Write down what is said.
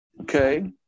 Okay